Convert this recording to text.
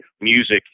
music